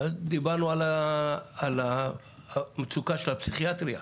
דיברנו על המצוקה של הפסיכיאטריה.